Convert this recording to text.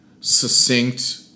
succinct